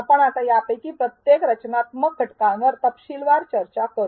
आपण आता यापैकी प्रत्येक रचनात्मक घटकावर तपशीलवार चर्चा करू